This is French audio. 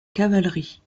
cavalerie